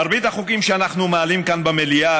מרבית החוקים שאנחנו מעלים כאן במליאה,